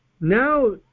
Now